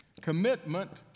commitment